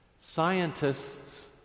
scientists